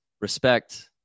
respect